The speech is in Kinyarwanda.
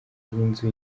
y’inzu